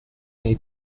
nei